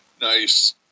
Nice